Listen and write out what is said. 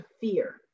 fear